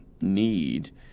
need